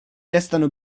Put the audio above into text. restano